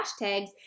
hashtags